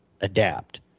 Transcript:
adapt